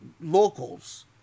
locals